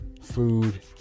food